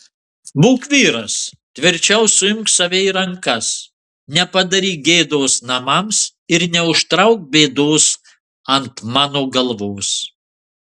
būk vyras tvirčiau suimk save į rankas nepadaryk gėdos namams ir neužtrauk bėdos ant mano galvos